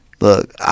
Look